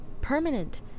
permanent